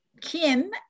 Kim